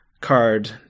card